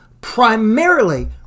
primarily